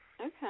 Okay